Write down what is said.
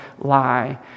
lie